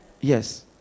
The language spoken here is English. Yes